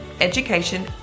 education